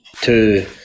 Two